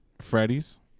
freddy's